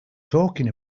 talking